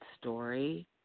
story